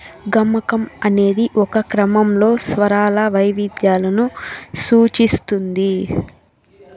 గమకం అనేది ఒక క్రమంలో స్వరాల వైవిధ్యాలను సూచిస్తుంది